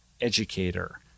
educator